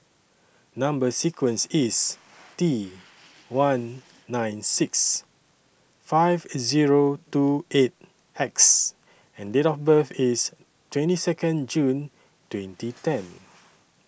Number sequence IS T one nine six five Zero two eight X and Date of birth IS twenty Second June twenty ten